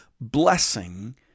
blessing